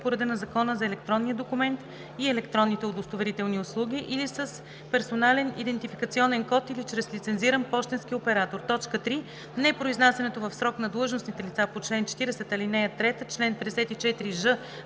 по реда на Закона за електронния документ и електронните удостоверителни услуги или с персонален идентификационен код, или чрез лицензиран пощенски оператор; 3. непроизнасянето в срок на длъжностните лица по чл. 40, ал. 3, чл. 54ж,